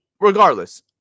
regardless